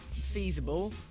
feasible